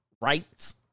rights